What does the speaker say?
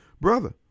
brother